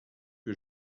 que